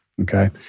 okay